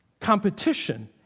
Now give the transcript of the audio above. Competition